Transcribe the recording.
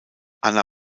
anna